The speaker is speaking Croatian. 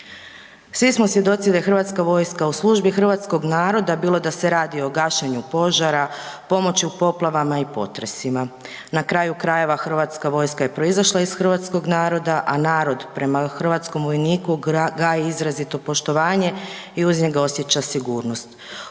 Svi smo svjedoci da Hrvatska vojska u službi hrvatskog naroda bilo da se radi o gašenju požara, pomoći u poplavama i potresima, na kraju krajeva Hrvatska vojska je proizašla iz hrvatskog naroda, a narod prema hrvatskom vojniku gaji izrazito poštovanje i uz njega osjeća sigurnost.